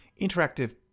interactive